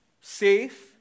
safe